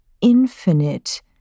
infinite